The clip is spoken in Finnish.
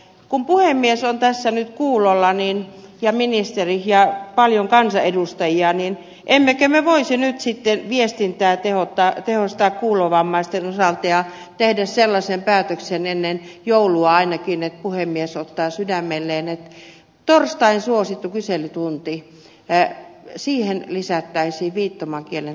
kun puhemies on tässä nyt kuulolla ja ministeri ja paljon kansanedustajia niin emmekö me voisi nyt sitten viestintää tehostaa kuulovammaisten osalta ja tehdä sellaisen päätöksen ennen joulua ainakin että puhemies ottaa sydämelleen että torstain suosittuun kyselytuntiin lisättäisiin viittomakielen tulkki tänne saliin